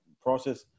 process